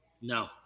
No